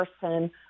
person